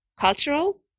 cultural